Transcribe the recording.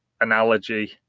analogy